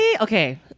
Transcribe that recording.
okay